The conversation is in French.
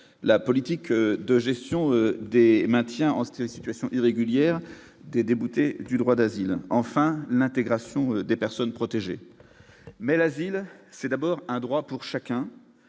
la politique de gestion des maintient en ces situations irrégulières des déboutés du droit d'asile, enfin, l'intégration des personnes protégées, mais la ville, c'est d'abord un droit pour chacun,